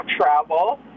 travel